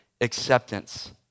acceptance